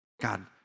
God